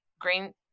Green